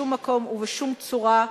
בשום מקום ובשום צורה,